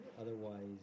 Otherwise